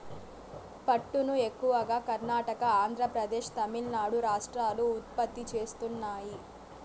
పట్టును ఎక్కువగా కర్ణాటక, ఆంద్రప్రదేశ్, తమిళనాడు రాష్ట్రాలు ఉత్పత్తి చేస్తున్నాయి